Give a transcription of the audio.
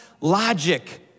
logic